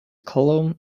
column